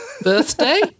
Birthday